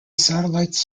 satellites